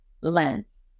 lens